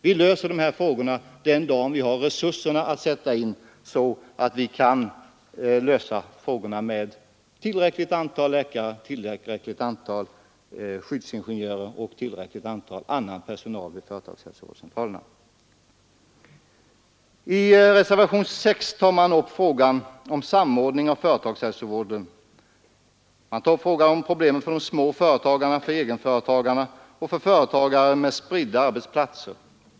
Vi löser problemen den dag vi har resurser att sätta in för att få ett tillräckligt antal läkare, skyddsingenjörer och annan personal vid företagshälsovårdscentralerna. I reservationen 6 upptas frågan om samordning av företagshälsovården och problemet med de små företagarna, egenföretagarna och företagen med spridda arbetsplatser.